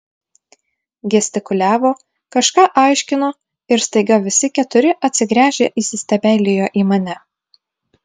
gestikuliavo kažką aiškino ir staiga visi keturi atsigręžę įsistebeilijo į mane